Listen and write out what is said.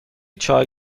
چای